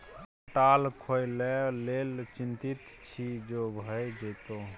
खटाल खोलय लेल चितिंत छी जो भए जेतौ